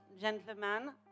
gentlemen